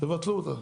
תבטלו אותה.